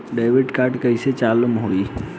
Debit card कइसे चालू होई?